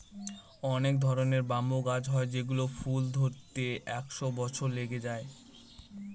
অনেক ধরনের ব্যাম্বু গাছ হয় যেগুলোর ফুল ধরতে একশো বছর লেগে যায়